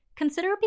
consider